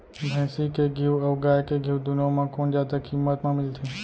भैंसी के घीव अऊ गाय के घीव दूनो म कोन जादा किम्मत म मिलथे?